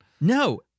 no